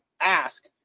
ask